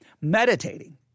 meditating